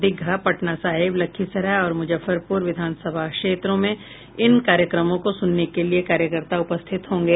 दीघा पटना साहिब लखीसराय और मुजफ्फरपुर विधानसभा क्षेत्रों में इन कार्यक्रमों को सुनने के लिये कार्यकर्ता उपस्थित होंगे